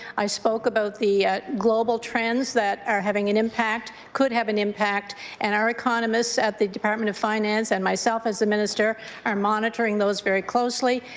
i spoke about the global trends that are having an impact, could have an impact and our economists at the department of finance and myself as the minister are monitoring those very closely.